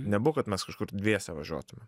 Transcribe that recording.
nebuvo kad mes kažkur dviese važiuotume